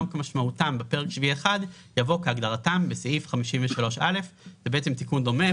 "כמשמעותם בפרק שביעי 1" יבוא "כהגדרתם בסעיף 53א". זה תיקון דומה.